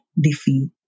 defeat